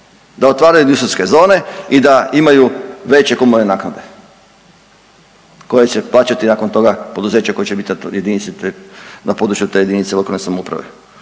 da otvaraju industrijske zone i da imaju veće komunalne naknade koje će plaćati nakon toga poduzeća koja će biti na području te jedinice lokalne samouprave.